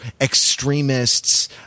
extremists